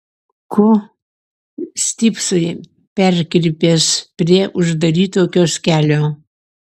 ko stypsai perkrypęs prie uždaryto kioskelio